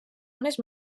unes